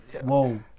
Whoa